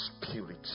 spirit